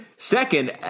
Second